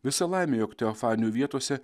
visa laimė jog teofanijų vietose